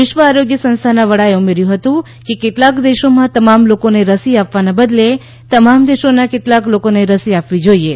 વિશ્વ આરોગ્ય સંસ્થાના વડાએ ઉમેર્થુ હતું કે કેટલાક દેશોમાં તમામ લોકોને રસી આપવાના બદલે તમામ દેશોના કેટલાક લોકોને રસી આપવી જોઇએ